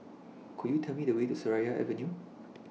Could YOU Tell Me The Way to Seraya Avenue